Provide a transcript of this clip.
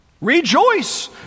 Rejoice